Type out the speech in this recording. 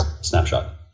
snapshot